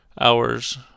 hours